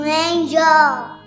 angel